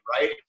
right